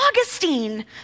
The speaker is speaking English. Augustine